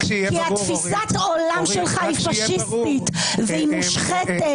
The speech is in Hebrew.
רק שיהיה ברור --- כי תפיסת העולם שלך היא פשיסטית והיא מושחתת